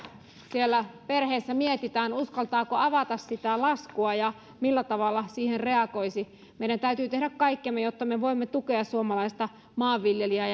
siellä perheissä mietitään uskaltaako avata sitä laskua ja millä tavalla siihen reagoisi meidän täytyy tehdä kaikkemme jotta me voimme tukea suomalaista maanviljelijää